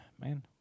man